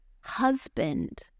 husband